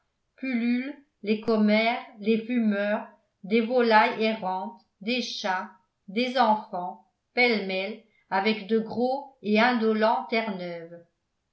pullulent les commères les fumeurs des volailles errantes des chats des enfants pêle-mêle avec de gros et indolents terreneuves